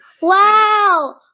Wow